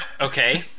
Okay